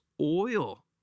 oil